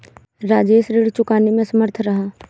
राजेश ऋण चुकाने में असमर्थ रहा